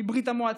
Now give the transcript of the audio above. מברית המועצות,